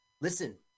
Listen